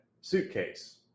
suitcase